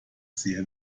sehr